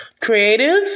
Creative